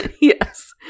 Yes